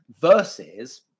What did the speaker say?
versus